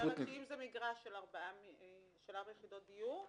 אם זה מגרש של ארבע יחידות דיור,